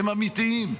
הם אמיתיים.